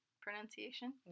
pronunciation